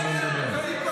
תנו לו לדבר.